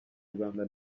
rwanda